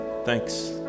Thanks